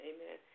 Amen